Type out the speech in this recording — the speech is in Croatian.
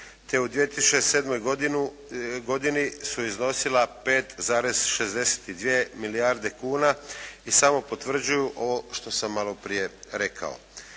te u 2007. godini su iznosila 5,62 milijarde kuna i samo potvrđuju ovo što sam maloprije rekao.